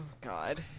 god